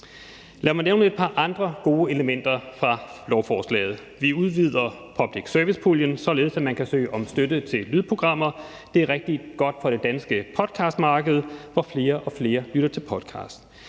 Lad mig nævne et par andre gode elementer fra lovforslaget. Vi udvider public service-puljen, således at man kan søge om støtte til lydprogrammer. Det er rigtig godt for det danske podcastmarked, hvor flere og flere lytter til podcasts.